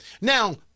Now